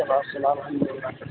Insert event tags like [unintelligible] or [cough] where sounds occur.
اَسلام [unintelligible]